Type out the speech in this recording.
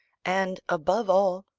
and, above all,